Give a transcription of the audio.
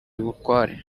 bukware